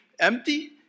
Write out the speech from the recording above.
empty